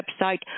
website